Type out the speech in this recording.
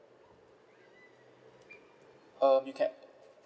um you can